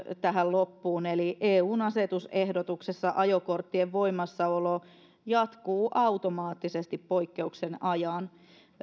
tähän loppuun eun asetusehdotuksessa ajokorttien voimassaolo jatkuu automaattisesti poikkeuksen ajan